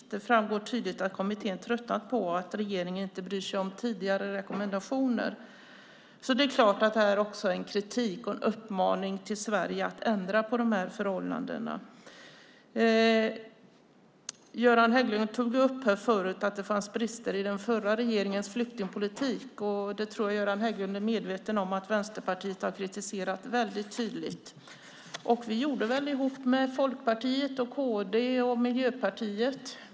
Det framgår tydligt att kommittén tröttnat på att regeringen inte bryr sig om tidigare rekommendationer." Det är klart att detta är en kritik och en uppmaning till Sverige att ändra på dessa förhållanden. Göran Hägglund tog upp att det fanns brister i den förra regeringens flyktingpolitik. Jag tror att Göran Hägglund är medveten om att Vänsterpartiet har kritiserat dessa väldigt tydligt. Vi gjorde det ihop med Folkpartiet, kd och Miljöpartiet.